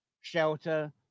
shelter